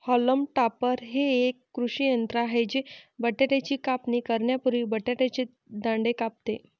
haulm topper हे एक कृषी यंत्र आहे जे बटाट्याची कापणी करण्यापूर्वी बटाट्याचे दांडे कापते